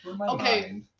okay